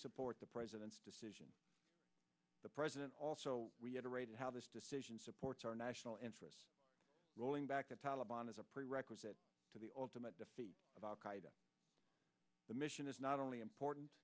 support the president's decision the president also reiterated how this decision supports our national interests rolling back the taliban as a prerequisite to the ultimate defeat of al qaida the mission is not only important